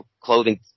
clothing